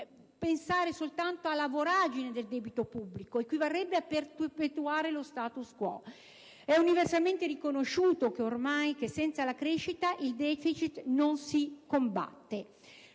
pensare soltanto alla voragine del debito pubblico, perché ciò equivarrebbe a perpetuare lo *status quo*: è universalmente riconosciuto, ormai, che senza la crescita il deficit non si combatte.